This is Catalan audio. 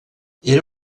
era